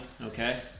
okay